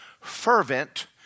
fervent